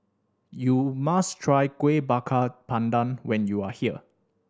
you must try Kuih Bakar Pandan when you are here